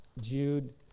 Jude